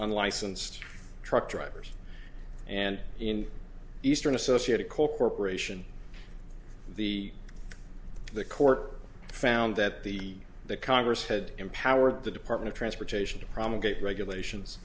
unlicensed truck drivers and in eastern associated coal corporation the the court found that the the congress had empowered the department of transportation to promulgated regulations